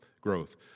growth